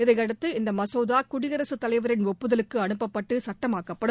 இதையடுத்து இந்த மசோதா குடியரசுத்தலைவரின் ஒப்புதலுக்கு அனுப்பப்பட்டு சட்டமாக்கப்படும்